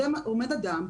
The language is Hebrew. עומד אדם,